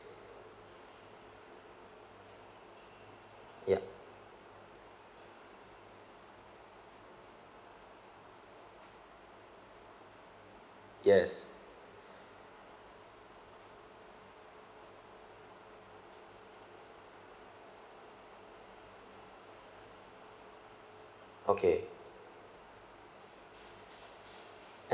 yup yes okay